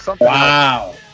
Wow